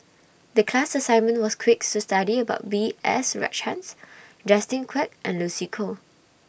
The class assignment was creak study about B S Rajhans Justin Quek and Lucy Koh